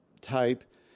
type